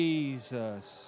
Jesus